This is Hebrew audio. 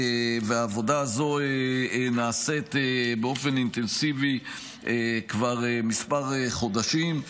והעבודה הזאת נעשית באופן אינטנסיבי כבר כמה חודשים.